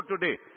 today